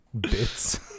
Bits